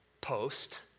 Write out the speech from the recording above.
post